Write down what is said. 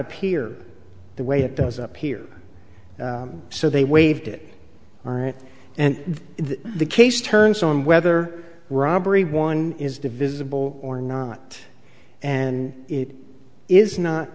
appear the way it does up here so they waived it and the case turns on whether robbery one is divisible or not and it is not